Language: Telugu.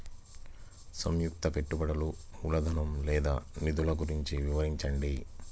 సంయుక్త పెట్టుబడులు మూలధనం లేదా నిధులు గురించి వివరించండి?